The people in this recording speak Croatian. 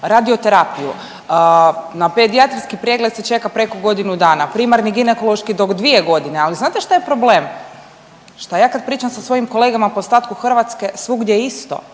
radioterapiju. Na pedijatrijski pregled se čeka preko godinu dana, primarni ginekološki do 2.g., ali znate šta je problem, šta ja kad pričam sa svojim kolegama po ostatku Hrvatske svugdje je isto,